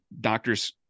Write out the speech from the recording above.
doctors